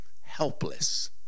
helpless